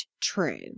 true